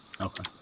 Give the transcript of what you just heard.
okay